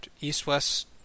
East-West